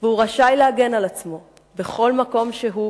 והוא רשאי להגן על עצמו בכל מקום שהוא,